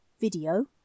video